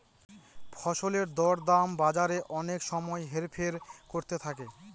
ফসলের দর দাম বাজারে অনেক সময় হেরফের করতে থাকে